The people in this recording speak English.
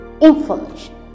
information